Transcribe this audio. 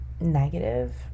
negative